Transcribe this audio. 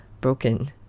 broken